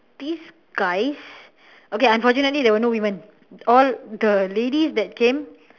these guys okay unfortunately there were no woman all the ladies that came